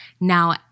Now